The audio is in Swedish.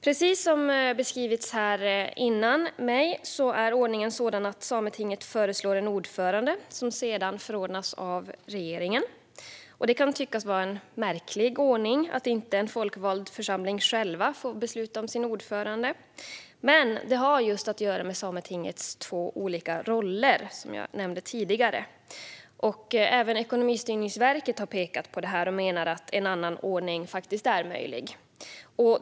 Precis som har beskrivits här tidigare är ordningen sådan att Sametinget föreslår en ordförande, som sedan förordnas av regeringen. Det kan tyckas vara en märklig ordning att en folkvald församling inte själv får besluta om sin ordförande. Men det har att göra just med Sametingets två olika roller, som jag nämnde tidigare. Även Ekonomistyrningsverket har pekat på detta och menar att en annan ordning faktiskt är möjlig.